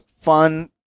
fun